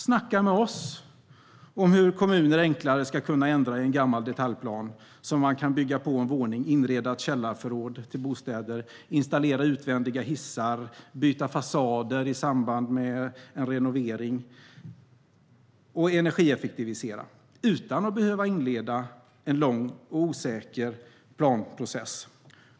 Snacka med oss om hur kommuner enklare ska kunna ändra i en gammal detaljplan så att man kan bygga på en våning, inreda ett källarförråd till bostäder, installera utvändiga hissar, byta fasader i samband med renovering och energieffektivisera utan att behöva inleda en lång och osäker planprocess!